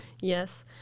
Yes